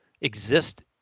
exist